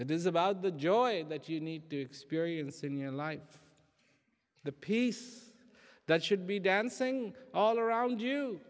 that is about the joy that you need to experience in your life the peace that should be dancing all around you